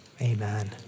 Amen